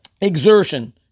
exertion